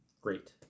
Great